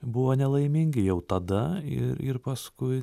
buvo nelaimingi jau tada ir ir paskui